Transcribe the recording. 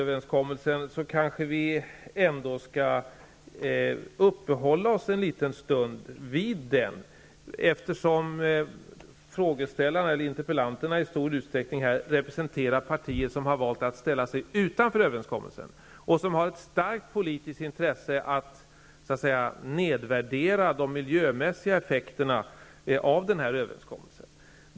Vi kanske skall uppehålla oss en liten stund vid själva Dennisöverenskommelsen, eftersom mina meddebattörer här i stor utsträckning representerar partier som har valt att ställa sig utanför överenskommelsen och som har ett starkt politiskt intresse av att nedvärdera de miljömässiga effekterna av denna överenskommelse.